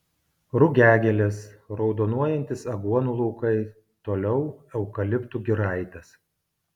rugiagėlės raudonuojantys aguonų laukai toliau eukaliptų giraitės